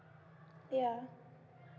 yeah